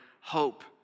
hope